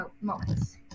moments